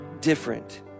different